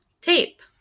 Tape